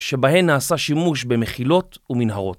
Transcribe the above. שבהן נעשה שימוש במחילות ומנהרות.